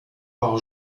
par